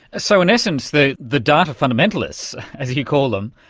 so in essence the the data fundamentalists, as you call them,